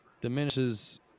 diminishes –